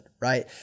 right